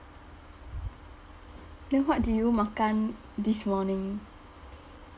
then what do you makan this morning